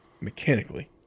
mechanically